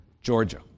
Georgia